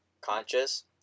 conscious